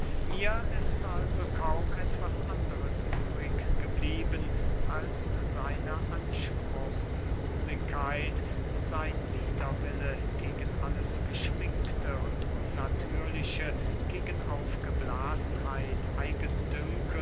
mir ist also kaum etwas andres übrig geblieben als seine anspruchlosigkeit sein widerwille gegen alles geschminkte und unnatürliche gegen